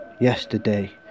yesterday